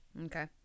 Okay